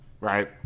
Right